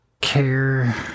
care